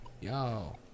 Yo